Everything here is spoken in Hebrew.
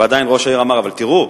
עדיין ראש העיר אמר: אבל תראו,